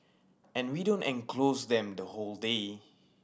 and we don't enclose them the whole day